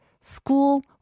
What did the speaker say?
school